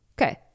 Okay